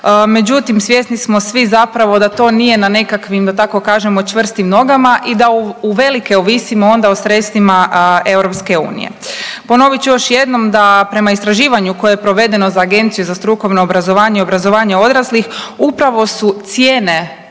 Međutim, svjesni smo svi zapravo da to nije na nekakvim da tako kažem čvrstim nogama i da uvelike ovisimo onda o sredstvima EU. Ponovit ću još jednom da prema istraživanju koje je provedeno za Agenciju za strukovno obrazovanje i obrazovanje odraslih, upravo su cijene